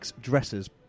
dresses